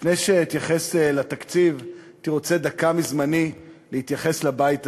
לפני שאתייחס לתקציב הייתי רוצה בדקה מזמני להתייחס לבית הזה,